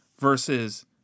versus